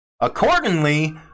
Accordingly